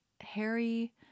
harry